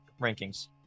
rankings